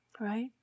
right